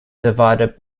divided